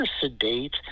sedate